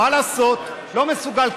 מה לעשות, לא מסוגל.